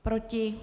Proti?